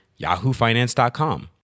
yahoofinance.com